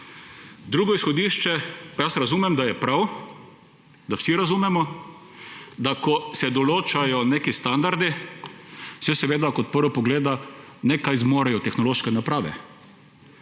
Drugo izhodišče. Razumem, da je prav, da vsi razumemo, da ko se določajo neki standardi, se seveda kot prvo pogleda: ne, kaj zmorejo tehnološke naprave,